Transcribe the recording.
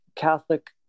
Catholic